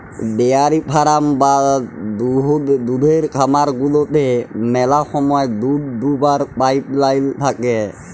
dairy farm বা দুহুদের খামার গুলাতে ম্যালা সময় দুহুদ দুয়াবার পাইপ লাইল থ্যাকে